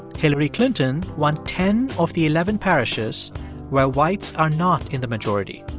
hillary clinton won ten of the eleven parishes where whites are not in the majority.